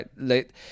right